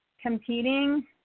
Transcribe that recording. competing